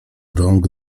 rąk